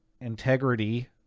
integrity